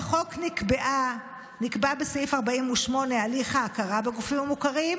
בחוק נקבע בסעיף 48 הליך ההכרה בגופים המוכרים,